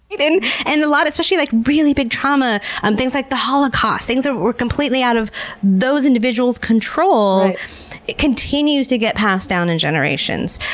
and a lot especially like really big trauma and things like the holocaust, things that were completely out of those individuals' control continues to get passed down in generations.